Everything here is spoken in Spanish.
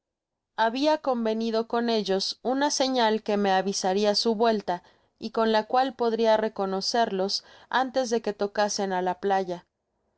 partir habiaconvenido con ellos una señal que me avisaria su vuelta y con la cual podria reconocerles antes de que tocasen á la playa